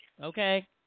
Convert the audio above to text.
Okay